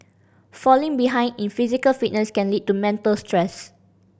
falling behind in physical fitness can lead to mental stress